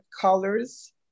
colors